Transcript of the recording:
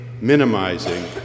minimizing